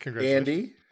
andy